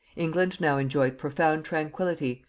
england now enjoyed profound tranquillity,